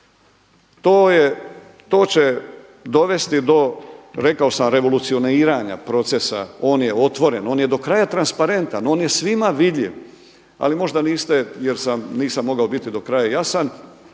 To će dovesti do rekao sam revolucioniranja procesa, on je otvoren, on je do kraja transparentan, on je svima vidljiv, ali možda niste jer nisam mogao biti do kraja jasan,